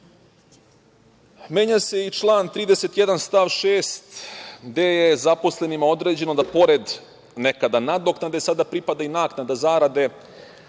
itd. Menja se i član 31. stav 6. gde je zaposlenima određeno da pored nekada nadoknade sada pripada i naknada zarade,